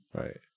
Right